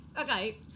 Okay